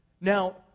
Now